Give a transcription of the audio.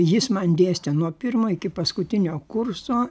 jis man dėstė nuo pirmo iki paskutinio kurso